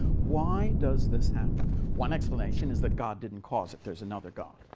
why does this happen? one explanation is that god didn't cause it. there's another god.